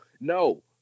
No